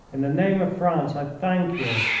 in the name of france i thank you.